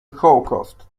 holocaust